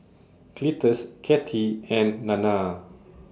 Cletus Cathy and Nana